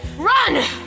Run